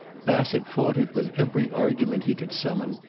bassett fought it with every argument he could summon,